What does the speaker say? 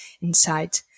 inside